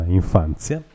infanzia